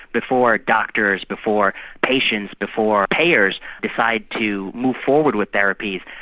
before doctors, before patients, before payers decide to move forward with therapies,